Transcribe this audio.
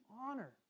honor